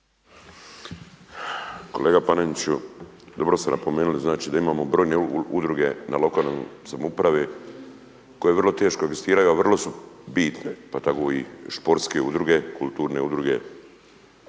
Kolega Paneniću, dobro ste napomenuli da imamo brojne udruge u lokalnoj samoupravi koje vrlo teško egzistiraju, a vrlo su bitne. Pa tako i sportske udruge, kulturne udruge